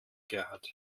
gerhard